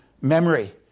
memory